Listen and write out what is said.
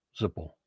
Zippo